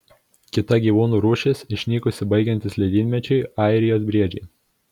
kita gyvūnų rūšis išnykusi baigiantis ledynmečiui airijos briedžiai